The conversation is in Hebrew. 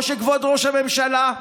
או שכבוד ראש הממשלה,